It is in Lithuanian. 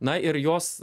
na ir jos